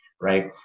right